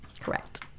Correct